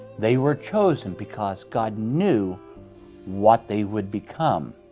they were chosen because god knew what they would become.